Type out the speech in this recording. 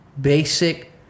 basic